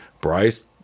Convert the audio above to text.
Bryce